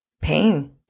pain